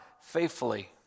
faithfully